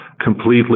completely